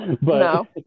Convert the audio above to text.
No